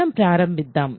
మనం ప్రారంభిద్దాం